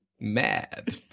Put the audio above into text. Mad